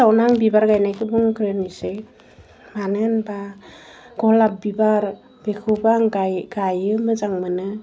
फार्स्टआवनो आं बिबार गायनायखौ बुंग्रोनोसै मानो होनबा गलाब बिबार बेखौबो आं गाइयो मोजां मोनो